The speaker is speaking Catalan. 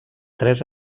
tres